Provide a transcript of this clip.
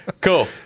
Cool